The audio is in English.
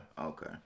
okay